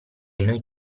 noi